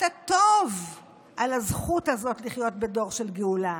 הטוב על הזכות הזאת לחיות בדור של גאולה,